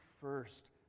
first